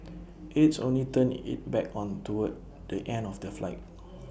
aides only turned IT back on toward the end of the flight